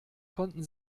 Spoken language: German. konnten